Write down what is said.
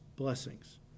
blessings